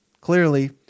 clearly –